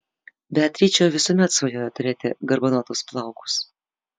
beatričė visuomet svajojo turėti garbanotus plaukus